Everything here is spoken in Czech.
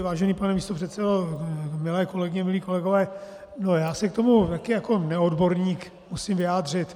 Vážený pane místopředsedo, milé kolegyně, milí kolegové, já se k tomu také jako neodborník musím vyjádřit.